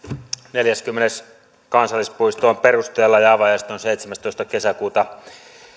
neljäskymmenes kansallispuisto on perusteilla ja avajaiset ovat seitsemästoista kesäkuuta